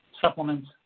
supplements